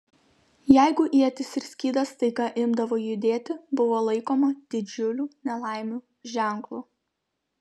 jeigu ietis ir skydas staiga imdavo judėti buvo laikoma didžiulių nelaimių ženklu